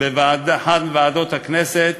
באחת מוועדות הכנסת,